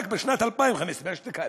רק בשנת 2015, אשתקד.